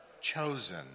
chosen